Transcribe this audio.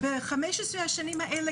ב-15 השנים האלה,